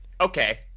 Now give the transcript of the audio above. Okay